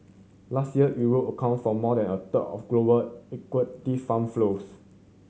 last year Europe account for more than a third of global equity fund flows